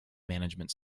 management